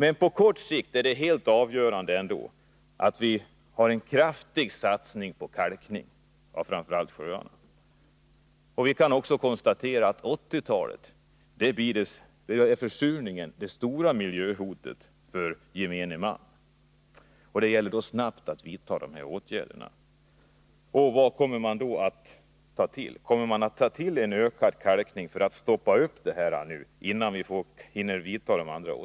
Men på kort sikt är det helt avgörande att vi gör en kraftig satsning på kalkning av framför allt sjöarna. Vi kan konstatera att försurningen är det stora miljöhotet för gemene man under 1980-talet. Därför gäller det att snabbt vidta de här åtgärderna. Vad kommer man då att göra? Kommer man att tillgripa en ökad kalkning för att stoppa försurningen, innan de andra åtgärderna